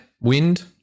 Wind